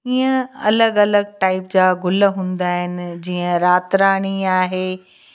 ईअं अलॻि अलॻि टाइप जा गुल हूंदा आहिनि जीअं राति राणी आहे